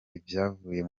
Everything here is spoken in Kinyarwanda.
ivyavuye